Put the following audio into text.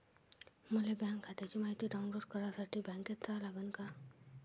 मले बँक खात्याची मायती डाऊनलोड करासाठी बँकेत जा लागन का?